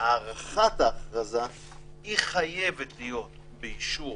שהארכת ההכרזה חייבת להיות באישור